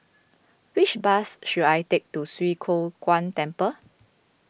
which bus should I take to Swee Kow Kuan Temple